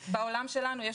כך בעולם שלנו.